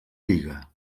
lliga